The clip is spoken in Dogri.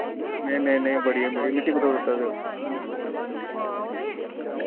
नेईं नेईं नेईं बढ़िया बढ़िया मिट्टी कुत्थे सुट्टा दे ओ